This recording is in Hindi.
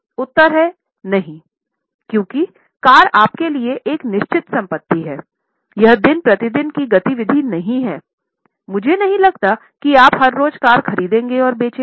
उत्तर है नहीं क्योंकि कार आपके लिए एक निश्चित संपत्ति है यह दिन प्रतिदिन की गति विधि नहीं है मुझे नहीं लगता कि आप हर रोज कार खरीदेंगे और बेचेंगे